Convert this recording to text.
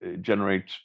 generate